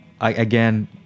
again